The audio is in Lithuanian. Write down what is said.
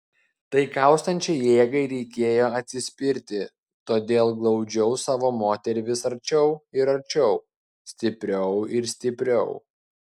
tai kaustančiai jėgai reikėjo atsispirti todėl glaudžiau savo moterį vis arčiau ir arčiau stipriau ir stipriau